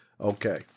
Okay